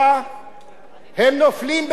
הם נופלים בתוך הביורוקרטיה,